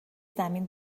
زمین